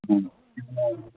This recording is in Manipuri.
ꯎꯝ